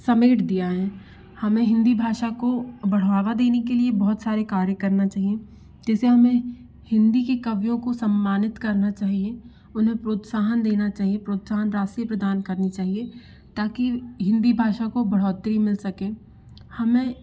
समेट दिया है हमें हिन्दी भाषा को बढ़ावा देने के लिए बहुत सारे कार्य करना चाहिए जैसे कि हमें हिन्दी के कवियों को सम्मानित करना चाहिए उन्हें प्रोत्साहन देना चाहिए प्रोत्साहन राशि प्रदान करनी चाहिए ताकि हिन्दी भाषा को बढ़ोतरी मिल सके हमें